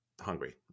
hungry